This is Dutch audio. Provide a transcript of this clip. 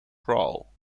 crawl